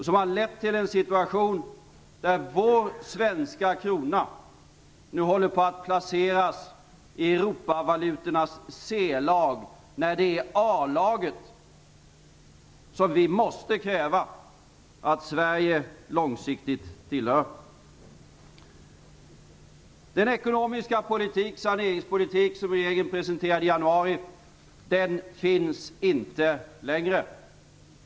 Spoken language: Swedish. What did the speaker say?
Det har lett till en situation, där vår svenska krona nu håller på att placeras i Europavalutornas C-lag när det är A-laget som vi måste kräva att Sverige långsiktigt tillhör. Den ekonomiska saneringspolitik som regeringen presenterade i januari finns inte längre.